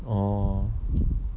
orh